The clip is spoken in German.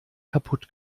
kaputt